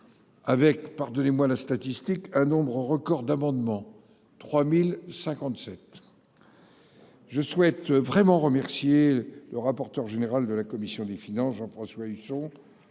Avec pardonnez-moi la statistique un nombre record d'amendements. 3057. Je souhaite vraiment remercier le rapporteur général de la commission des finances Jean-François Husson,